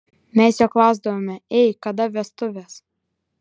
mes jo klausdavome ei kada vestuvės